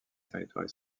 territoire